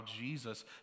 Jesus